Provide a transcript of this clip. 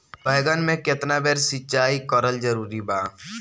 बैगन में केतना बेर सिचाई करल जरूरी बा?